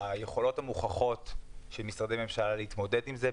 היכולות המוכחות של משרדי הממשלה להתמודד עם זה,